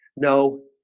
no,